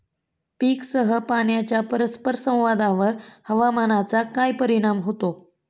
पीकसह पाण्याच्या परस्पर संवादावर हवामानाचा काय परिणाम होतो?